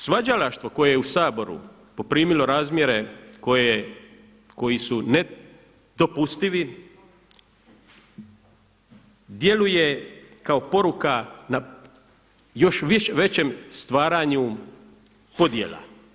Svađalaštvo koje je u Saboru poprimilo razmjere koji su ne dopustivi, djeluje kao poruka na još većem stvaranju podjela.